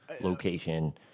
location